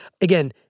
again